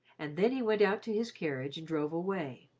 and then he went out to his carriage and drove away,